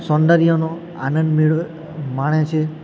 સૌંદર્યનો આનંદ મેળવે માણે છે